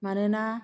मानोना